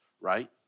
Right